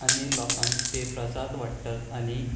आनी लोकांक ते प्रसाद वाडटात आनी